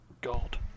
god